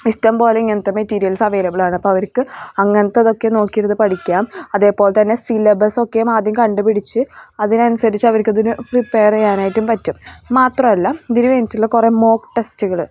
ഇഷ്ട്ടം പോലെ ഇങ്ങനത്തെ മെറ്റീരിയൽസ് അവൈലബിൾ ആണ് അപ്പം അവർക്ക് അങ്ങനത്തേതൊക്കെ നോക്കിയിരുന്ന് പഠിക്കാം അതേപോലെ തന്നെ സിലബസ് ഒക്കെ ആദ്യം കണ്ടുപിടിച്ച് അതിനനുസരിച്ച് അവർക്കതിന് പ്രിപ്പെയർ ചെയ്യാനായിട്ടും പറ്റും മാത്രമല്ല ഇതിന് വേണ്ടിയിട്ടുള്ള കുറേ മോക്ക് ടെസ്റ്റുകൾ